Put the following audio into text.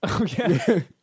okay